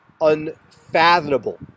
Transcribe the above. unfathomable